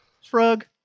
shrug